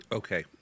okay